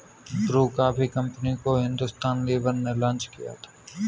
Bru coffee company को Hindustan Lever ने launch किया था